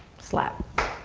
slap.